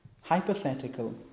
hypothetical